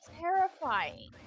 terrifying